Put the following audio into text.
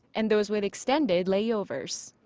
and those with extended layovers.